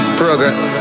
progress